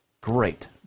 Great